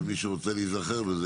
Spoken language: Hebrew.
אבל מי שרוצה להיזכר בזה